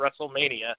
WrestleMania